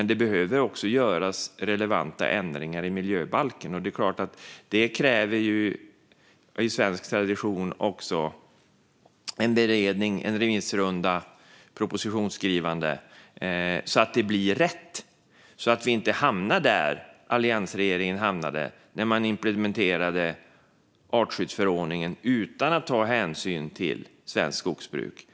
Det behöver också göras relevanta ändringar i miljöbalken, och i svensk tradition kräver detta också en beredning, en remissrunda och propositionsskrivande så att det blir rätt. Vi ska inte hamna där alliansregeringen hamnade när man implementerade artskyddsförordningen utan att ta hänsyn till svenskt skogsbruk.